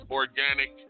organic